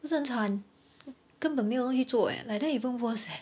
不是很惨根本没有做 eh like that even worse eh